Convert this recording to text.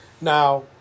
Now